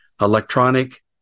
electronic